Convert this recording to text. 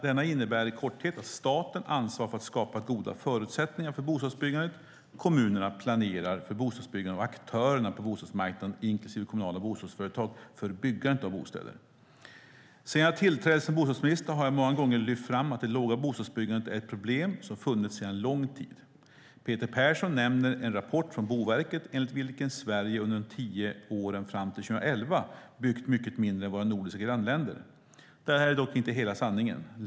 Denna innebär i korthet att staten ansvarar för att skapa goda förutsättningar för bostadsbyggandet, kommunerna planerar för bostadsbyggande och aktörerna på bostadsmarknaden - inklusive kommunala bostadsföretag - för byggandet av bostäder. Sedan jag tillträde som bostadsminister har jag många gånger lyft fram att det låga bostadsbyggande är ett problem som funnits sedan en lång tid. Peter Persson nämner en rapport från Boverket enligt vilken Sverige under de tio åren fram till 2011 har byggt mycket mindre än våra nordiska grannländer. Detta är dock inte hela sanningen.